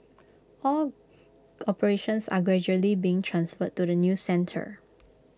all operations are gradually being transferred to the new centre